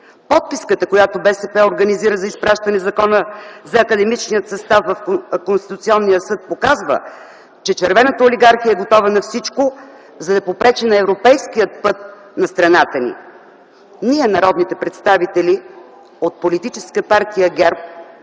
Подписката, която БСП организира за изпращане на Закона за академичния състав в Конституционния съд показва, че червената олигархия е готова на всичко, за да попречи на европейския път на страната ни. Ние, народните представители от политическа партия ГЕРБ